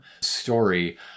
story